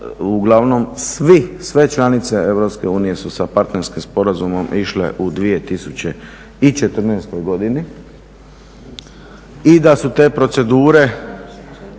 uglavnom svi, sve članice EU su sa partnerskim sporazumom išle u 2014. godini i da su te procedure